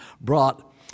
brought